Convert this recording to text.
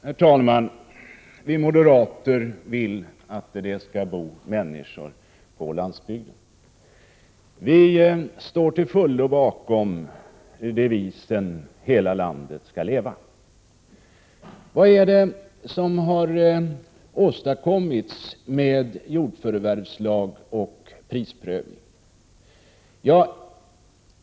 Herr talman! Vi moderater vill att det skall bo människor på landsbygden. Vi står till fullo bakom devisen ”Hela Sverige skall leva”. Men — vad är det som har åstadkommits med jordförvärvslag och prisprövning?